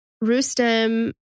Rustem